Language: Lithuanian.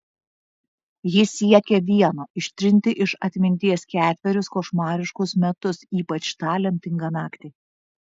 ji siekė vieno ištrinti iš atminties ketverius košmariškus metus ypač tą lemtingą naktį